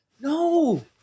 No